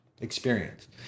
experience